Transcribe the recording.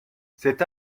cette